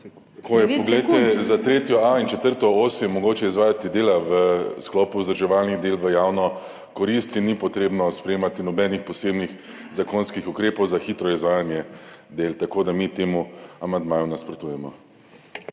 Tako je. Poglejte, za 3.a in 4. os je mogoče izvajati dela v sklopu vzdrževalnih del v javno korist in ni potrebno sprejemati nobenih posebnih zakonskih ukrepov za hitro izvajanje del. Tako da mi temu amandmaju nasprotujemo.